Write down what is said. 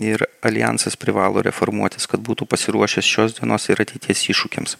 ir aljansas privalo reformuotis kad būtų pasiruošęs šios dienos ir ateities iššūkiams